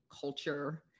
culture